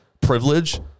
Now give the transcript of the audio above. privilege